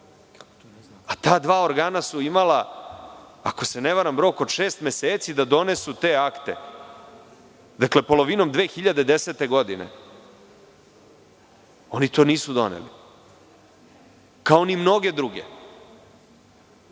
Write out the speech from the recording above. dva organa su imala, ako se ne varam rok od šest meseci da donesu te akte, dakle polovinom 2010. godine. Oni to nisu doneli, kao ni mnoge druge.